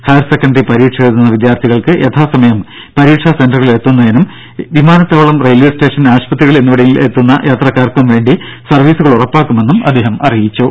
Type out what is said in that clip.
higher secondary പരീക്ഷ എഴുതുന്ന വിദ്യാർത്ഥികൾക്ക് യഥാ സമയം പരീക്ഷാ സെന്ററുകളിൽ എത്തുന്നതിനും എയർപോർട്ട് റെയിൽവെ സ്റ്റേഷൻ ആശുപത്രികൾ എന്നിവിടങ്ങിൽ എത്തുന്ന യാത്രക്കാർക്കും വേണ്ടിയുള്ള സർവ്വീസുകൾ ഉറപ്പാക്കുമെന്നും അദ്ദേഹം അറിയിച്ചു